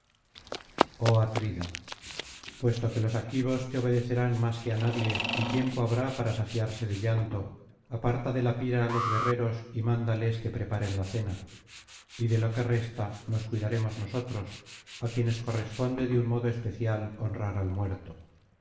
atrida puesto que los aquivos te obedecerán más que á nadie y tiempo habrá para saciarse de llanto aparta de la pira á los guerreros y mándales que preparen la cena y de lo que resta nos cuidaremos nosotros á quienes corresponde de un modo especial honrar al muerto